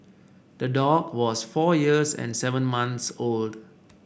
the dog was four years and seven months old